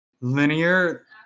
linear